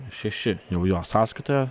šeši jau jo sąskaitoje